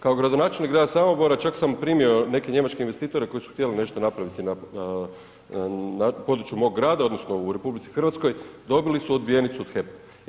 Kao gradonačelnik grada Samobora čak sam primio neke njemačke investitore koji su htjeli nešto napraviti na području mog grada odnosno u RH, dobili su odbijenicu od HEP-a.